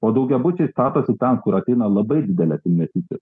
o daugiabučiai statosi ten kur ateina labai didelės investicijos